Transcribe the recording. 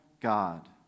God